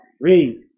Read